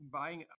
buying